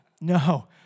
No